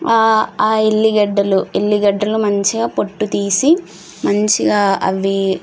ఆ ఎల్లిగడ్డలు ఎల్లిగడ్డలు మంచిగా పొట్టు తీసి మంచిగా అవి